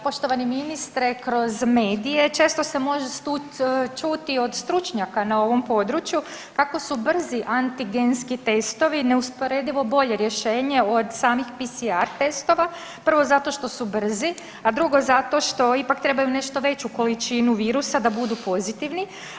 Poštovani ministre, kroz medije često se može čuti od stručnjaka na ovom području kako su brzi antigenski testovi neusporedivo bolje rješenje od samih PCR testova, prvo zato što su brzi, a drugo zato što ipak trebaju nešto veću količinu virusa da budu pozitivni.